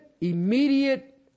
immediate